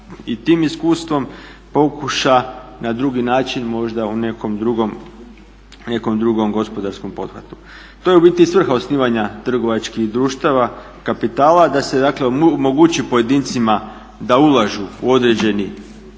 i tim iskustvom pokuša na drugi način možda u nekom drugom gospodarskom pothvatu. To je u biti svrha osnivanja trgovačkih društava kapitala da se dakle omogući pojedincima da ulažu u određeni